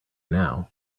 now